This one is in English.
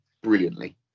brilliantly